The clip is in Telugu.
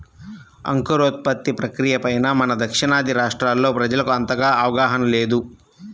అంకురోత్పత్తి ప్రక్రియ పైన మన దక్షిణాది రాష్ట్రాల్లో ప్రజలకు అంతగా అవగాహన లేదు